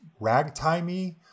ragtimey